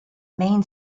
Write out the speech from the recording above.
main